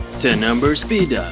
ten number speed dial,